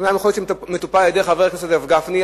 שאומנם יכול להיות שהוא מטופל על-ידי חבר הכנסת הרב גפני,